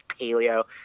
paleo